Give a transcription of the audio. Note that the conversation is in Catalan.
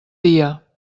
dia